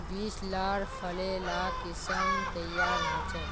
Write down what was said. बीज लार भले ला किसम तैयार होछे